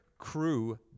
crew